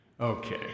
Okay